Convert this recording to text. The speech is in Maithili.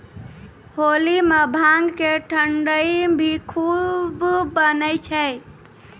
होली मॅ भांग के ठंडई भी खूब बनै छै